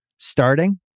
Starting